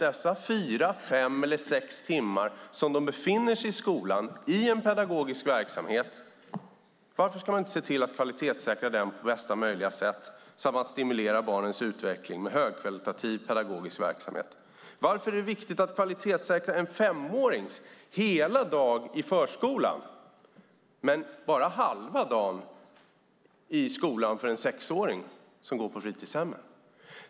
De fyra, fem eller sex timmar som de befinner sig i skolan i en pedagogisk verksamhet, varför ska man inte se till att kvalitetssäkra den verksamheten på bästa möjliga sätt, så att man stimulerar barnens utveckling med högkvalitativ pedagogisk verksamhet? Varför är det viktigt att kvalitetssäkra en 5-årings hela dag i förskolan men bara halva dagen i skolan för en 6-åring som går på fritidshem?